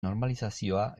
normalizazioa